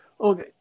Okay